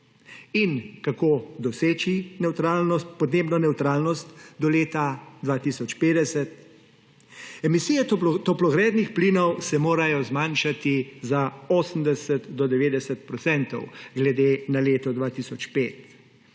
In kako doseči podnebno nevtralnost do leta 2050? Emisije toplogrednih plinov se morajo zmanjšati za 80 do 90 procentov glede na leto 2005;